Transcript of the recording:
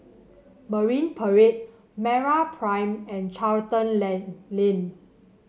Marine Parade MeraPrime and Charlton Lane